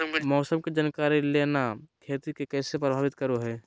मौसम के जानकारी लेना खेती के कैसे प्रभावित करो है?